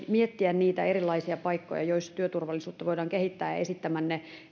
miettiä niitä erilaisia paikkoja joissa työturvallisuutta voidaan kehittää esittämänne